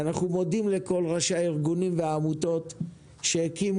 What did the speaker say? אנחנו מודים לכל ראשי הארגונים והעמותות שהקימו